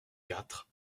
quatre